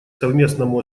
совместному